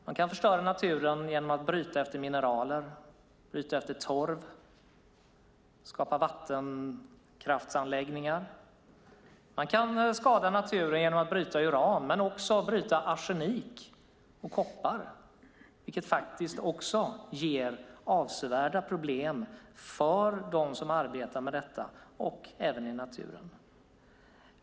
Man kan förstöra naturen genom att bryta mineraler eller torv eller genom att skapa vattenkraftsanläggningar. Man kan skada naturen genom att bryta uran men också genom att bryta arsenik och koppar, vilket också ger avsevärda problem för dem som arbetar med detta och även i naturen.